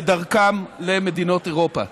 ודרכן למדינות אירופה.